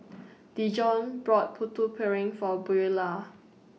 Dijon brought Putu Piring For Buelah